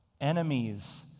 enemies